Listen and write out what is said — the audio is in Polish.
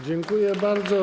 Dziękuję bardzo.